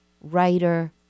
writer